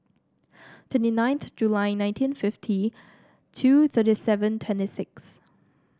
twenty ninth July nineteen fifty two thirty seven twenty six